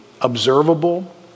observable